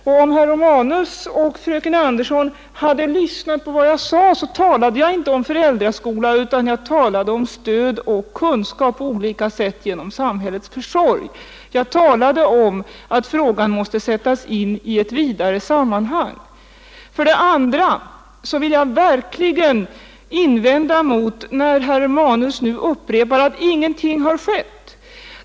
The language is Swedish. Och om herr Romanus och fröken Andersson i Stockholm hade lyssnat på vad jag sade skulle de ha uppfattat att jag inte talade om föräldraskola, utan jag talade om stöd och meddelande av kunskap olika sätt genom samhällets försorg. Jag talade om att frågan måste sättas in i ett vidare sammanhang. För det andra vill jag verkligen invända när herr Romanus nu upprepar att ingenting har skett.